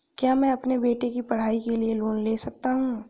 क्या मैं अपने बेटे की पढ़ाई के लिए लोंन ले सकता हूं?